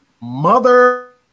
mother